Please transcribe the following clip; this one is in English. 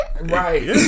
Right